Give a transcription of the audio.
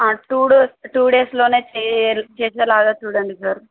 two days two డేస్లోనే చెయ్యండి చేసేలాగా చూడండి సార్